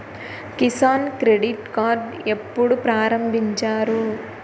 Kisan credit card ఎప్పుడు ప్రారంభించారు?